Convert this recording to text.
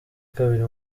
kabiri